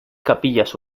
capillas